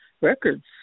records